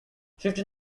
fifty